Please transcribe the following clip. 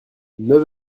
neuf